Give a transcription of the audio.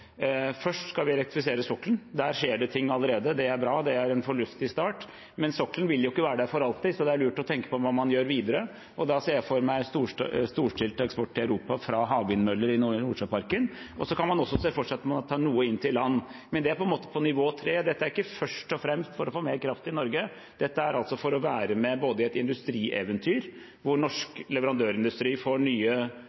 Først skal vi elektrifisere sokkelen, og der skjer det ting allerede. Det er bra, det er en fornuftig start. Men sokkelen vil jo ikke være der for alltid, så det er lurt å tenke på hva man gjør videre, og da ser jeg for meg storstilt eksport til Europa fra havvindmøller i Nordsjøparken. Så kan man også se for seg at man tar noe inn til land. Men det er, på en måte, på nivå 3. Dette er ikke først og fremst for å få mer kraft til Norge. Dette er altså både for å være med i et industrieventyr, hvor